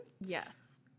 Yes